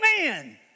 amen